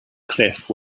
cliff